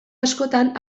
askotan